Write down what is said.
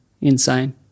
Insane